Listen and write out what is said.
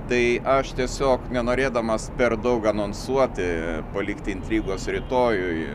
tai aš tiesiog nenorėdamas per daug anonsuoti palikti intrigos rytojui